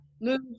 move